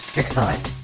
excite!